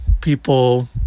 People